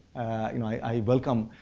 i welcome